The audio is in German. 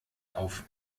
auf